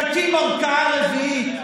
תקים ערכאה רביעית,